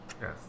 Yes